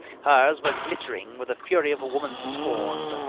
hers were glittering with the fury of a woman scorned.